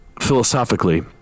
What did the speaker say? philosophically